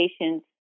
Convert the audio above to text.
patients